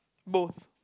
both